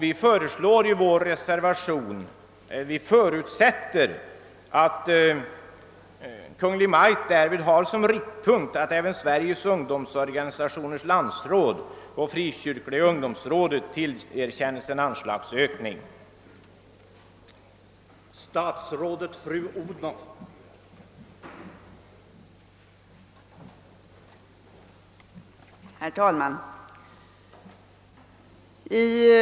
Vi förutsätter i vår reservation att Kungl. Maj:t skall ha som riktpunkt att även Sveriges ungdomsorganisationers landsråd och Frikyrkliga ungdomsrådet tillerkänns en anslagsökning.